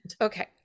Okay